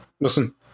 listen